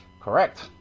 Correct